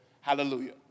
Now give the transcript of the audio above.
Hallelujah